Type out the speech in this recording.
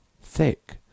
Thick